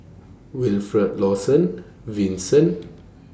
Wilfed Lawson Vincent